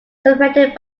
separated